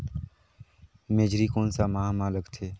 मेझरी कोन सा माह मां लगथे